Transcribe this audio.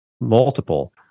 multiple